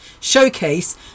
showcase